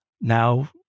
Now